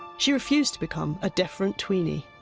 she refused to become a deferent tweeny.